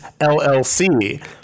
LLC